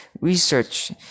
research